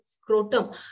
scrotum